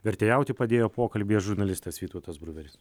vertėjauti padėjo pokalbyje žurnalistas vytautas bruveris